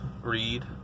read